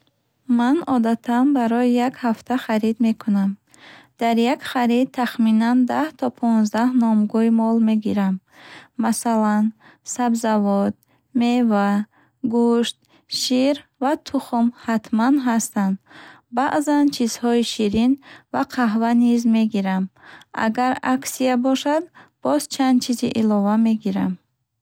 Ман одатан барои як ҳафта харид мекунам. Дар як харид тахминан даҳ то понздаҳ номгӯй мол мегирам. Масалан, сабзавот, мева, гӯшт, шир ва тухм ҳатман ҳастанд. Баъзан чизҳои ширин ва қаҳва низ мегирам. Агар аксия бошад, боз чанд чизи илова мегирам.